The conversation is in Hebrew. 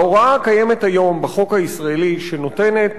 ההוראה הקיימת היום בחוק הישראלי, שנותנת